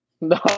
No